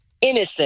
innocent